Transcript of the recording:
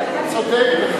הכנסת חנין,